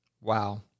Wow